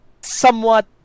somewhat